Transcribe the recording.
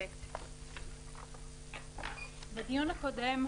בדיון הקודם,